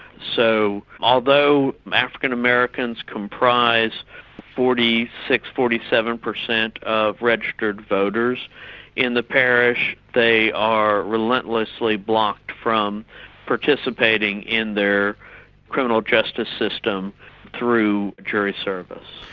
so although african americans comprise forty six percent, forty seven percent of registered voters in the parish, they are relentlessly blocked from participating in their criminal justice system through jury service.